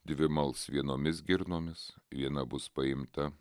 dvi mals vienomis girnomis viena bus paimta